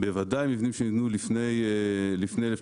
בוודאי מבנים שנבנו לפני 1980,